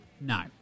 no